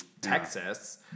Texas